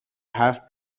هست